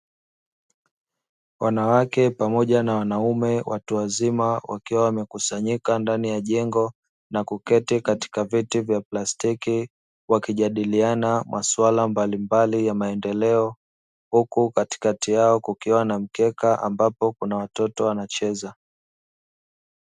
Wanawake, pamoja na wanaume, watu wazima, wakiwa wamekusanyika ndani ya jengo na kuketi katika viti vya plastiki, wakijadiliana maswala mbalimbali ya maendeleo, huku katikati yao kukiwa na mkeka ambapo kuna watoto wanacheza.